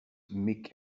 mick